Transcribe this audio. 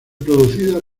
producida